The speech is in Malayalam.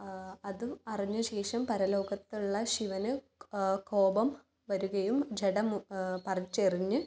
അതും അറിഞ്ഞ ശേഷം പരലോകത്തുള്ള ശിവന് കോപം വരുകയും ജഡ പറിച്ചെറിഞ്ഞ്